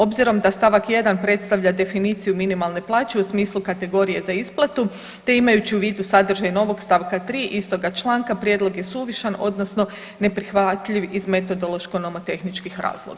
Obzirom da st. 1. predstavlja definiciju minimalne plaće u smislu kategorije za isplatu, te imajući u vidu sadržaj novog st. 3. istoga članka prijedlog je suvišan odnosno ne prihvatljiv iz metodološko nomotehničkih razloga.